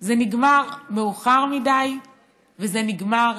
זה נגמר מאוחר מדי וזה נגמר